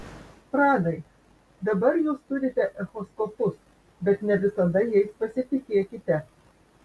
pranai dabar jūs turite echoskopus bet ne visada jais pasitikėkite